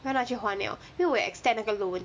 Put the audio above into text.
我要拿去还 liao 因为我有 extend 那个 loan